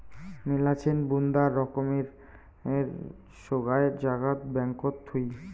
মেলাছেন বুন্দা রকমের সোগায় জাগাত ব্যাঙ্কত থুই